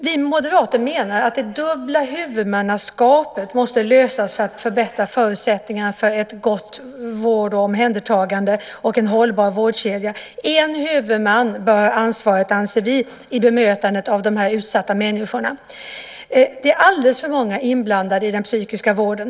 Vi moderater menar att problemet med det dubbla huvudmannaskapet måste lösas för att man ska kunna förbättra förutsättningarna för en god vård och ett gott omhändertagande och en hållbar vårdkedja. Vi anser att en huvudman bör ha ansvaret i bemötandet av de här utsatta människorna. Det är alldeles för många inblandade i den psykiska vården.